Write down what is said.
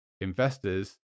investors